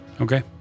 Okay